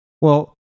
Well-